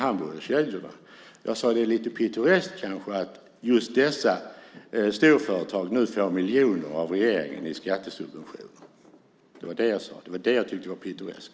Jag sade att det kanske är lite pittoreskt att just dessa storföretag nu får miljoner av regeringen i skattesubventioner. Det var det jag sade. Det var det jag tyckte var pittoreskt.